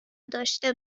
داشته